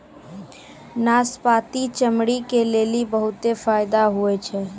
नाशपती चमड़ी के लेली बहुते फैदा हुवै छै